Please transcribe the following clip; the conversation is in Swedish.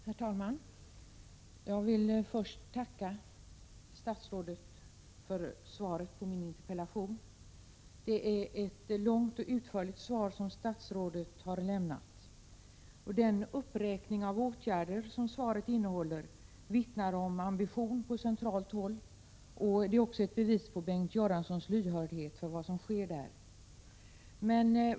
Herr talman! Jag vill först tacka statsrådet för svaret på min interpellation. Bengt Göransson har lämnat ett långt och utförligt svar. Den uppräkning av åtgärder som svaret innehåller vittnar om ambition på centralt håll. Det är också ett bevis på Bengt Göranssons lyhördhet för vad som sker.